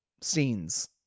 scenes